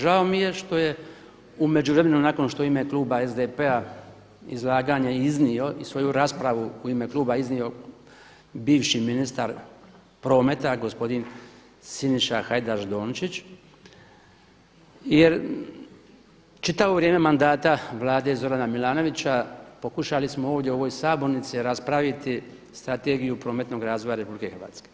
Žao mi je što je u međuvremenu nakon što je u ime kluba SDP-a izlaganje iznio i svoju raspravu u ime kluba iznio bivši ministar prometa gospodin Siniša Hajdaš-Dončić jer čitavo vrijeme mandata Vlade Zorana Milanovića pokušali smo ovdje u ovoj sabornici raspraviti Strategiju prometnog razvoja RH.